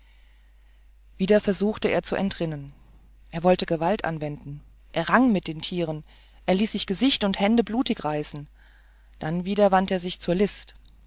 wieder suchte er zu entrinnen er wollte gewalt anwenden er rang mit den tieren er ließ sich gesicht und hände blutig reißen dann wieder wandte er sich zur list